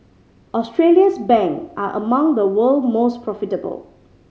Australia's bank are among the world's most profitable